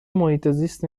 محیطزیست